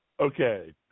Okay